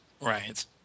Right